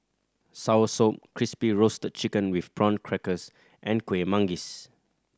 soursop Crispy Roasted Chicken with Prawn Crackers and Kuih Manggis